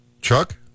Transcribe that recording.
Chuck